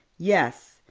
yes,